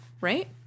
right